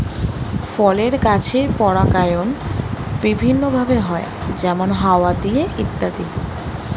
ফলের গাছের পরাগায়ন বিভিন্ন ভাবে হয়, যেমন হাওয়া দিয়ে ইত্যাদি